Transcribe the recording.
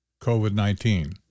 COVID-19